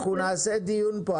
אנחנו נעשה דיון פה.